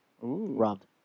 Robbed